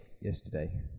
yesterday